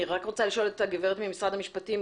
אני רוצה לשאול את עורכת הדין גאל אזריאל ממשרד המשפטים.